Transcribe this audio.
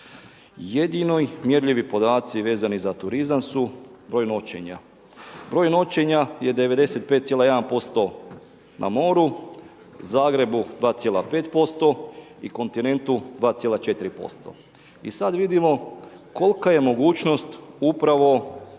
jedini mjerljivi podaci vezani za turizam su broj noćenja. Broj noćenja je 95,1% na moru, u Zagrebu 2,5% i kontinentu 2,4%. I sad vidimo kolika je mogućnost upravo